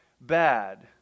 bad